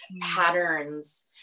patterns